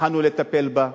התחלנו לטפל בה.